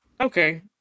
Okay